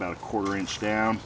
about quarter inch down